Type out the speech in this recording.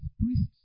priests